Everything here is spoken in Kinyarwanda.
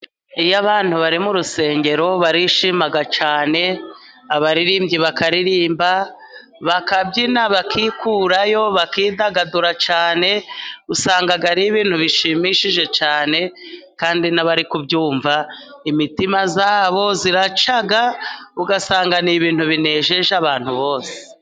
Iyo abantu bari mu rusengero barishima cyane, abaririmbyi bakaririmba, bakabyina bakikurayo, bakidagadura cyane, usanga ari ibintu bishimishije cyane, kandi n'abari kubyumva imitima yabo iraca ugasanga ni ibintu binejeje abantu bose.